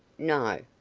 no.